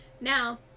Now